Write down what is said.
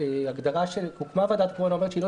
ההגדרה של הקמת ועדת הקורונה אומרת שהיא לא